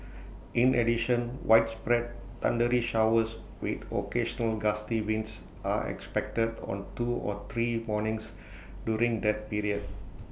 in addition widespread thundery showers with occasional gusty winds are expected on two or three mornings during that period